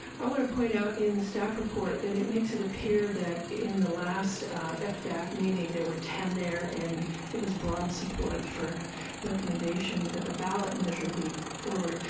i want to point out in the staff report that it makes it appear that in the last ah fdac meeting there were ten there, and there was broad support for recommendation that a ballot measure be forward.